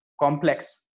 complex